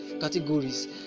categories